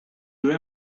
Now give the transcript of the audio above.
due